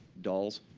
dolls.